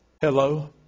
Hello